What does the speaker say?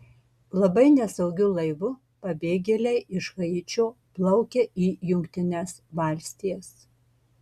labai nesaugiu laivu pabėgėliai iš haičio plaukia į jungtines valstijas